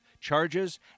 charges